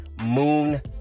moon